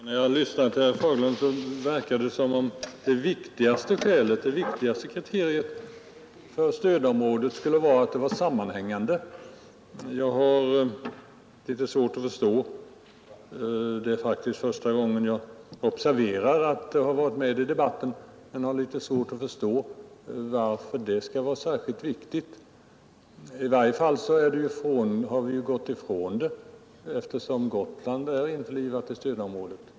Herr talman! På herr Fagerlund verkade det som om det viktigaste kravet på stödområdet skulle vara att stödområdet var sammanhängande. Jag har litet svårt att förstå det kravet — det är faktiskt första gången jag observerar att det har varit med i debatten — och jag har litet svårt att förstå varför det skulle vara särskilt viktigt. I varje fall har vi ju frångått det kravet, eftersom Gotland är införlivat i stödområdet.